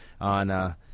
on –